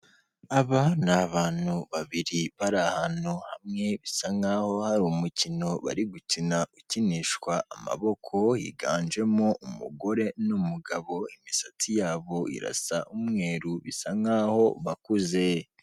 Aba ni abantu babiri bari ahantu hamwe, bisa nkaho hari umukino bari gukina ukinishwa amaboko, higanjemo umugore n'umugabo imisatsi yabo irasa umweru bisa nkaho bakuze.